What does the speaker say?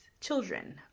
children